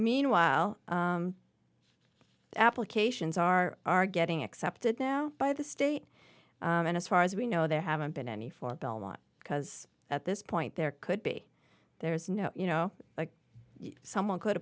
meanwhile applications are are getting accepted now by the state and as far as we know there haven't been any for belmont because at this point there could be there's no you know like someone could